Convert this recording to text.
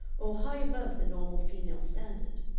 or high above the normal female standard,